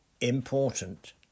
Important